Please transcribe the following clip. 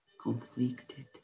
conflicted